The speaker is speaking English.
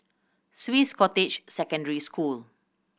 Swiss Cottage Secondary School